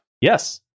Yes